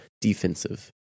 defensive